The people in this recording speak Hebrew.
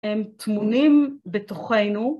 הם טמונים בתוכנו.